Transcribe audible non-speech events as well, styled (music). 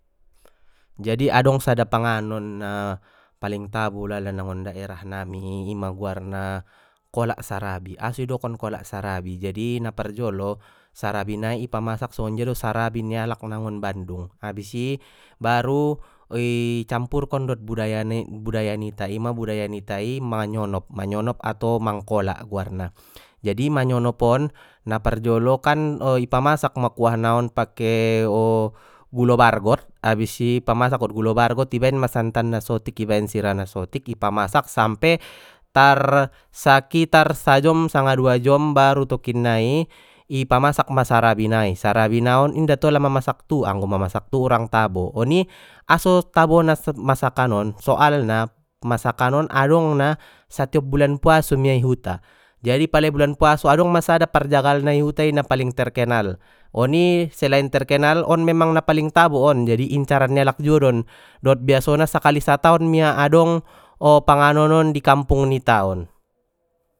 Jadi adong sada panganon na paling tabo ulala na ngon daerah nami ima guarna kolak sarabi aso i dokon kolak sarabi jadi na parjolo sarabi nai i pamasak songonjia do sarabi ni alak nangon bandung abis i baru i campurkon dot budaya nai budaya nita ima budaya nitain manyonop manyonop atau mangkolak guarna jadi manyonop on na parjolokan i pamasak ma kuah na on pake (hesitation) gulo bargot abis i pamasak dot gulo bargot ibaen ma santan na sotik ibaen sirana sotik i pamasak sampe tar sakitar sajom sanga dua jom baru tokinnai i pamasak ma sarabi nai sarabi naon inda tola ma masak tu anggo ma masak tu urang tabo oni aso tabona masakan on soalna masakan on adong na satiop bulan puaso mia i huta jadi pala i bulan puaso adong ma sada parjagalna i hutai na paling terkanal oni selain terkenal on memang na paling tabo on incaran ni alak juo don dot biasona sakali sataon mia adong o panganon on di kampung nita on.